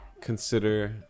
consider